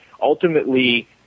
ultimately